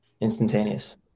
instantaneous